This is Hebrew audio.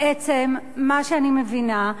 בעצם מה שאני מבינה,